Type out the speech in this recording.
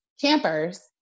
campers